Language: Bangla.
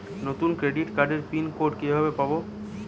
নতুন ক্রেডিট কার্ডের পিন কোড কিভাবে পাব?